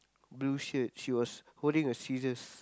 blue shirt she was holding a scissors